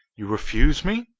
you refuse me?